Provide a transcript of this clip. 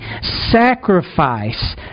sacrifice